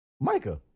Micah